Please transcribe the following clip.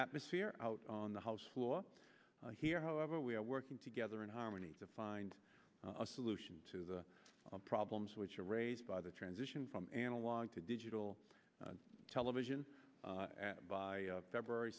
atmosphere out on the house floor here however we are working together in harmony to find a solution to the problems which are raised by the transition from analog to digital television by february